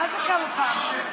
מה זה כמה פעמים?